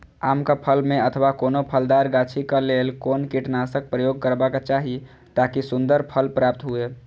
आम क फल में अथवा कोनो फलदार गाछि क लेल कोन कीटनाशक प्रयोग करबाक चाही ताकि सुन्दर फल प्राप्त हुऐ?